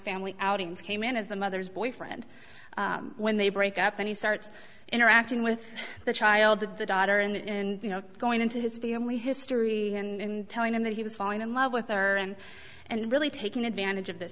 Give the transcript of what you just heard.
family outings k man is the mother's boyfriend when they break up and he starts interacting with the child that the daughter and you know going into his family history and telling him that he was falling in love with her and and really taking advantage of th